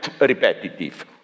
repetitive